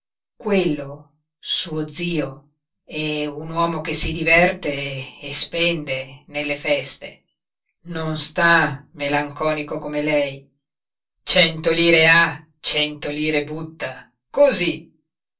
quello suo zio è un uomo che si diverte e spende nelle feste non sta melanconico come lei cento lire ha cento lire butta cosí